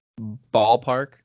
ballpark